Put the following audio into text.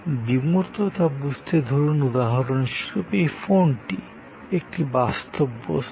বিমূর্ততা বুঝতে ধরুন উদাহরণ স্বরূপ এই ফোনটি একটি বাস্তব বস্তু